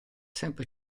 sempre